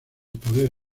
poder